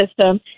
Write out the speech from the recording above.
system